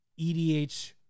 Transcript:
EDH